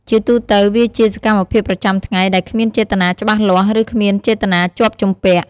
ជាទូទៅ វាជាសកម្មភាពប្រចាំថ្ងៃដែលគ្មានចេតនាច្បាស់លាស់ ឬគ្មានចេតនាជាប់ជំពាក់។